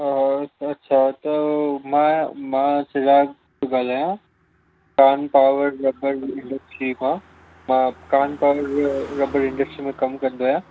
हा अच्छा त मां मां चिराग थो ॻाल्हायां कान टावर रबर इंडस्ट्री मां कान टावर रबर इंडस्ट्री में कमु कंदो आहियां